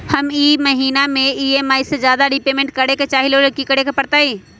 हम ई महिना में ई.एम.आई से ज्यादा रीपेमेंट करे के चाहईले ओ लेल की करे के परतई?